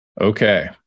Okay